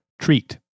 treat